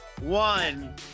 one